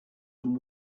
some